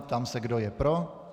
Ptám se, kdo je pro.